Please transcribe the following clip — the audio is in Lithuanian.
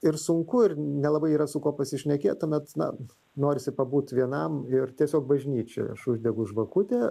ir sunku ir nelabai yra su kuo pasišnekėt tuomet na norisi pabūti vienam ir tiesiog bažnyčioje aš uždegu žvakutę